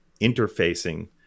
interfacing